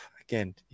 Again